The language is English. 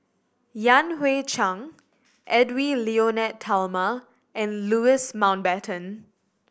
Yan Hui Chang Edwy Lyonet Talma and Louis Mountbatten